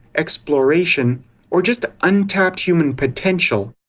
exploration or just untapped human potential,